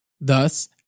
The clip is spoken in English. Thus